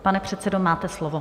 Pane předsedo, máte slovo.